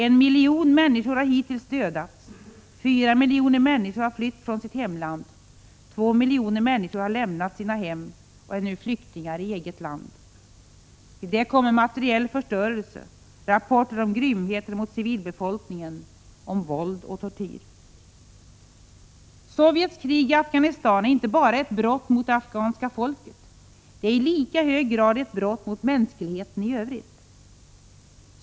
En miljon människor har hittills dödats, fyra miljoner människor har flytt från sitt hemland, två miljoner människor har lämnat sina hem och är nu flyktingar i eget land. Till det kommer materiell förstörelse, rapporter om grymheter mot civilbefolkningen, om våld och tortyr. Sovjets krig i Afghanistan är inte bara ett brott mot det afghanska folket, det är i lika hög grad ett brott mot mänskligheten i övrigt.